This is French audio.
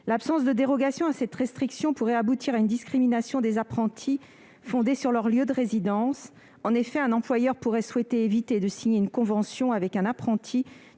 L'absence de dérogation à cette restriction pourrait aboutir à une discrimination des apprentis fondée sur leur lieu de résidence. En effet, un employeur pourrait souhaiter éviter de signer une convention avec un apprenti